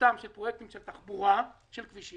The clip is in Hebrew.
בחשיבותם של פרויקטים של תחבורה, של כבישים.